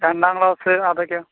രണ്ടാംക്ലാസ്സ് അതൊക്കെയോ